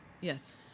yes